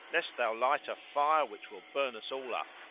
lest thou light a fire which will burn us all up.